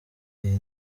iyi